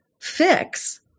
fix